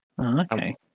Okay